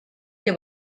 que